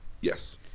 Yes